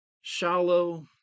shallow